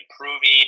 improving